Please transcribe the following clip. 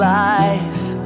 life